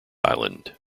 island